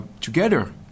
together